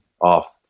off